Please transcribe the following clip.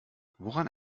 woran